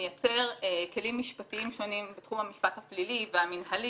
מייצר כלים משפטיים שונים בתחום המשפט הפלילי והמנהלי